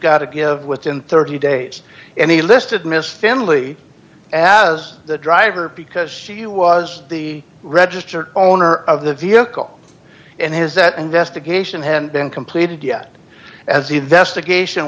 got to give within thirty days and he listed missed family as the driver because she was the registered owner of the vehicle and his that investigation had been completed yet as the investigation